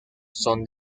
son